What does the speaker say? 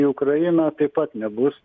į ukrainą taip pat nebus